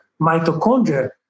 mitochondria